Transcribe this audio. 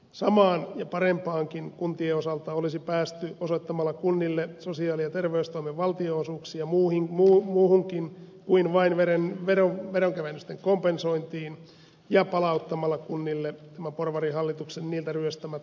samaan ja parempaankin kuntien osalta olisi päästy osoittamalla kunnille sosiaali ja terveystoimen valtionosuuksia muuhunkin kuin vain veronkevennysten kompensointiin ja palauttamalla kunnille tämän porvarihallituksen niiltä ryöstämät asiakasmaksutulojen korotukset